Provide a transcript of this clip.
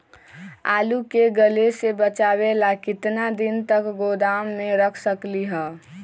आलू के गले से बचाबे ला कितना दिन तक गोदाम में रख सकली ह?